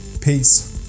peace